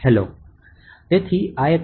c o hello